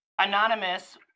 anonymous